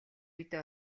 үедээ